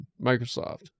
Microsoft